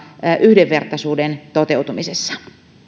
yhdenvertaisuuden toteutumisessa